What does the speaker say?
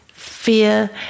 fear